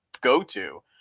go-to